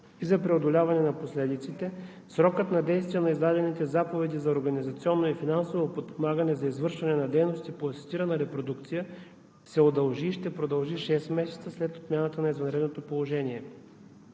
за преодоляване на последиците срокът на действие на издадените заповеди за организационно и финансово подпомагане за извършване на дейности по асистирана репродукция се удължи и ще продължи шест месеца след отмяната на извънредното положение.